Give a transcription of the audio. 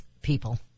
people